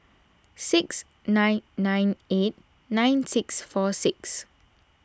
six nine nine eight nine six four six